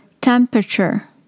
temperature